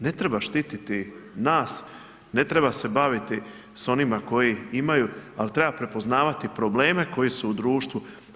Ne treba štititi nas, ne treba se baviti s onima koji imaju ali treba prepoznavati probleme koji su u društvu.